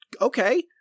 Okay